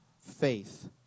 faith